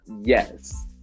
Yes